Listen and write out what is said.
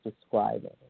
describing